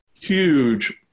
Huge